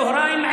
צוהריים,